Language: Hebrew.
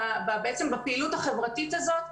בעצם בפעילות החברתית הזאת.